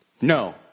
No